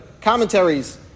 commentaries